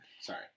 Sorry